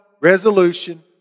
resolution